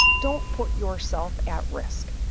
don't put yourself at risk.